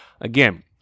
Again